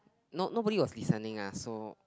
no nobody was listening lah so